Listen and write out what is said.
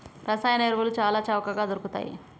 రసాయన ఎరువులు చాల చవకగ దొరుకుతయ్